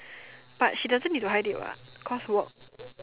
but she doesn't need to hide it what cause work